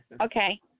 Okay